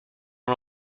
and